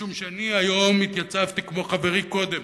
משום שאני היום התייצבתי כמו חברי קודם,